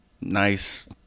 nice